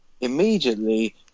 immediately